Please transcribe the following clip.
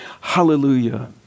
Hallelujah